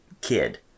kid